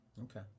Okay